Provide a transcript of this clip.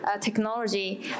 technology